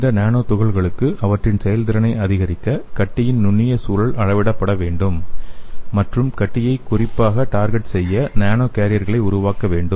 இந்த நானோ துகள்களுக்கு அவற்றின் செயல்திறனை அதிகரிக்க கட்டியின் நுண்ணிய சூழல் அளவிடப்பட வேண்டும் மற்றும் கட்டியை குறிப்பாக டார்கெட் செய்ய நானோ கேரியர்களை உருவாக்க வேண்டும்